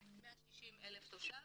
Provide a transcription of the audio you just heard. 160,000 תושבים,